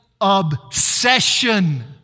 obsession